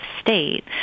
state